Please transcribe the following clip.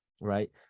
right